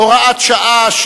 הוראת שעה),